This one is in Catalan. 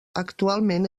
actualment